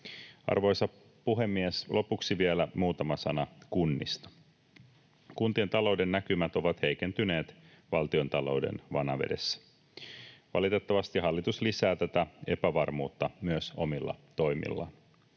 Arvoisa puhemies! Lopuksi vielä muutama sana kunnista: Kuntien talouden näkymät ovat heikentyneet valtiontalouden vanavedessä. Valitettavasti hallitus lisää tätä epävarmuutta myös omilla toimillaan.